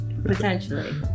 Potentially